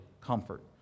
comfort